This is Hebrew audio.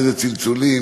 איזה צלצולים,